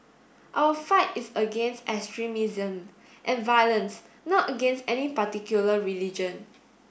our fight is against extremism and violence not against any particular religion